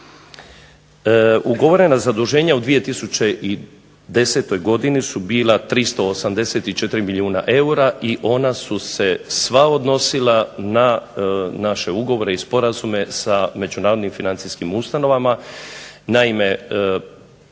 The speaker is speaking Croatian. Ugovorena zaduženja u 2010. godini su bila 384 milijuna eura i ona su se sva odnosila na naše ugovore i sporazume sa međunarodnim financijskim ustanovama. Naime,